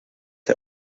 hij